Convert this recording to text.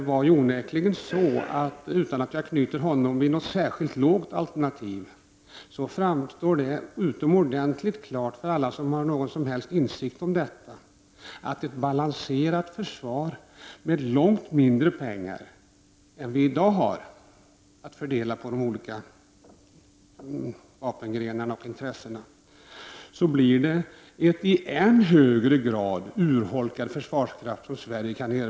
Även om man inte knyter honom vid något särskilt lågt alternativ framstod en sak som utomordentligt klar för alla som har någon insikt i frågan. Det är att om man skall ha ett balanserat försvar som kostar långt mindre pengar än vi i dag har att fördela på de olika vapengrenarna, kommer detta att medföra en i ännu högre grad urholkad försvarskraft för Sverige.